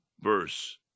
verse